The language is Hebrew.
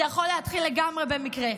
זה יכול להתחיל לגמרי במקרה,